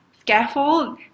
scaffold